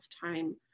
time